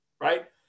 right